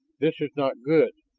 this is not good.